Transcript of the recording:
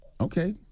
Okay